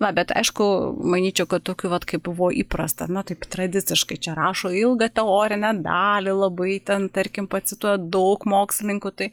va bet aišku manyčiau kad tokių vat kaip buvo įprasta na taip tradiciškai čia rašo ilgą teorinę dalį labai ten tarkim pacituoja daug mokslininkų tai